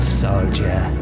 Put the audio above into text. soldier